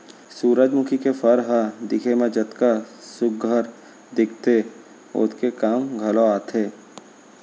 सुरूजमुखी के फर ह दिखे म जतका सुग्घर दिखथे ओतके काम घलौ आथे